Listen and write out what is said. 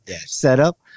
setup